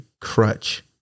crutch